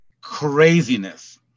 craziness